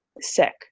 sick